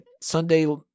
Sunday